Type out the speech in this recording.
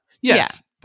yes